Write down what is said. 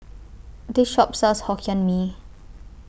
This Shop sells Hokkien Mee